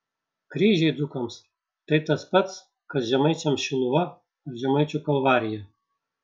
kryžiai dzūkams tai tas pats kas žemaičiams šiluva ar žemaičių kalvarija